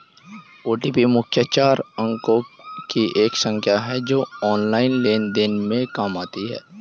OTP मुख्यतः चार अंकों की एक संख्या है जो ऑनलाइन लेन देन में काम आती है